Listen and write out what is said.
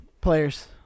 players